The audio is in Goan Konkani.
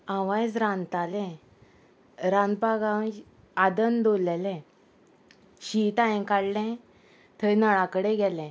हांव आयज रांदतालें रांदपाक हांव आदन दवरलेलें शीत हांयेन काडलें थंय नळा कडेन गेलें